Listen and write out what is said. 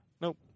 Nope